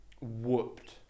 whooped